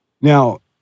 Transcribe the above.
Now